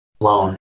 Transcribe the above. loan